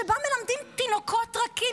שבהן מלמדים תינוקות רכים,